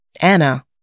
Anna